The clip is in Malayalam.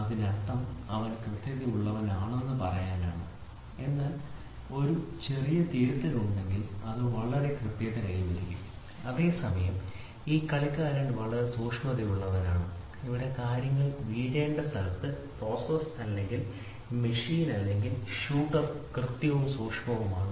അതിനർത്ഥം അവൻ കൃത്യതയുള്ളവനാണെന്ന് പറയാനാണ് എന്നാൽ ഒരു ചെറിയ തിരുത്തൽ ഉണ്ടെങ്കിൽ അത് വളരെ കൃത്യത കൈവരിക്കും അതേസമയം ഈ കളിക്കാരൻ വളരെ സൂക്ഷ്മതയുള്ളവനാണ് ഇവിടെ കാര്യങ്ങൾ വീഴേണ്ട സ്ഥലത്ത് പ്രോസസ്സ് അല്ലെങ്കിൽ മെഷീൻ അല്ലെങ്കിൽ ഷൂട്ടർ കൃത്യവും സൂക്ഷ്മവുമാണ്